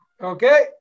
Okay